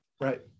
Right